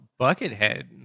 Buckethead